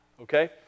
okay